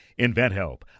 InventHelp